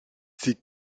ses